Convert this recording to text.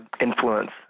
influence